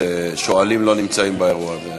ששואלים לא נמצאים באולם.